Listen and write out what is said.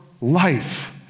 life